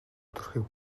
төрхийг